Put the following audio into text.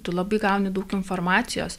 tu labai gauni daug informacijos